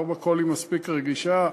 לא בכול היא מספיק רגישה.